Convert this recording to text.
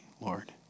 Lord